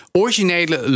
originele